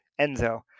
Enzo